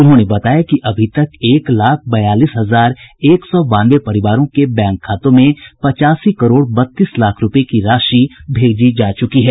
उन्होंने बताया कि अभी तक एक लाख बयालीस हजार एक सौ बानवे परिवारों के बैंक खातों में पचासी करोड़ बत्तीस लाख रूपये की राशि भेजी जा चुकी है